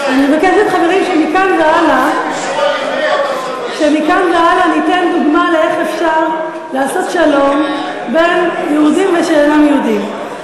שמכאן והלאה ניתן דוגמה לאיך אפשר לעשות שלום בין יהודים ושאינם יהודים.